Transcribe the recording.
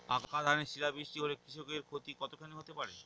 পাকা ধানে শিলা বৃষ্টি হলে কৃষকের ক্ষতি কতখানি হতে পারে?